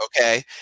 Okay